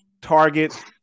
target